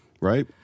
Right